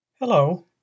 Hello